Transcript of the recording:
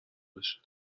بشه